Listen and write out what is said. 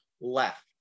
left